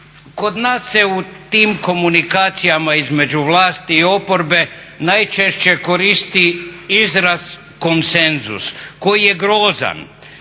kod nas se u tim komunikacijama između vlasti i oporbe najčešće koristi izraz konsenzus koji je grozan,